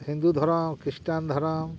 ᱦᱤᱱᱫᱩ ᱫᱷᱚᱨᱚᱢ ᱠᱷᱤᱥᱴᱟᱱ ᱫᱷᱚᱨᱚᱢ